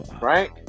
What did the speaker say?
right